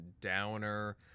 downer